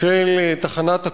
של תחנת הכוח,